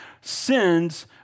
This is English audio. sins